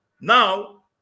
Now